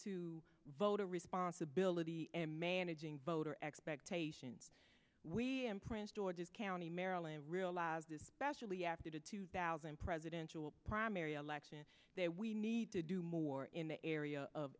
to voter responsibility in managing voter expectations we and prince george's county maryland specially after the two thousand presidential primary election day we need to do more in the area of